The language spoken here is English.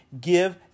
give